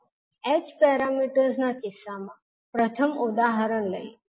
ચાલો h parameters ના કિસ્સામાં પ્રથમ ઉદાહરણ લઈએ